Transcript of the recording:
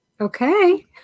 Okay